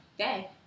Okay